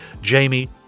Jamie